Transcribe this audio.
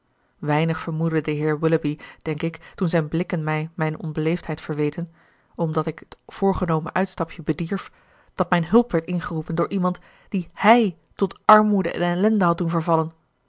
de heer willoughby denk ik toen zijn blikken mij mijne onbeleefdheid verweten omdat ik het voorgenomen uitstapje bedierf dat mijne hulp werd ingeroepen door iemand die hij tot armoede en ellende had doen vervallen